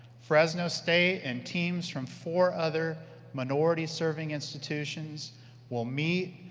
fresno state and teams from four other minority serving institutions will meet,